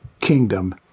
kingdom